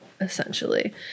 essentially